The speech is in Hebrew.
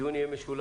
הדיון יהיה משולב.